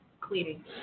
cleaning